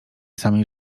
samej